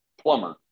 plumber